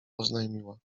oznajmiła